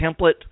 template